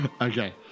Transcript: okay